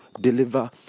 deliver